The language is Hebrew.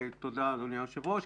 תודה אדוני היושב ראש.